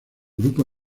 grupo